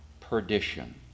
perdition